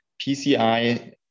PCI